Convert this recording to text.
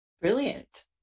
Brilliant